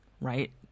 right